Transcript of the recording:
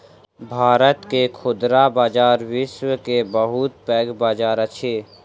भारत के खुदरा बजार विश्व के बहुत पैघ बजार अछि